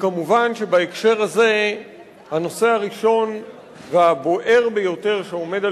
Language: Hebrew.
כמובן שבהקשר הזה הנושא הראשון והבוער ביותר שעומד על